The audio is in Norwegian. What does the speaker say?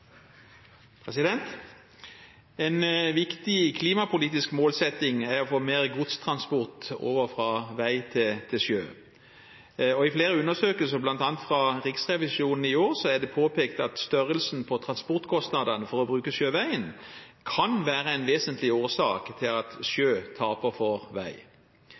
å få mer godstransport over fra vei til sjø. I flere undersøkelser, bl.a. fra Riksrevisjonen i år, er det påpekt at størrelsen på transportkostnadene for å bruke sjøveien kan være en vesentlig årsak til at sjø taper for vei.